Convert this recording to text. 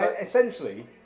Essentially